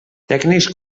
tècnics